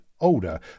older